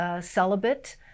celibate